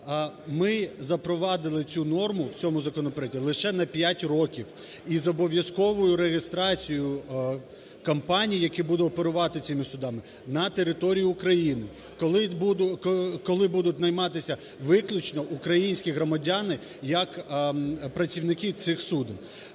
ми запровадили цю норму в цьому законопроекті лише на 5 років із обов'язковою реєстрацією компаній, які будуть оперувати цими судами, на території України, коли будуть найматися виключно українські громадяни як працівники цих суден.